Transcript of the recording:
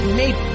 made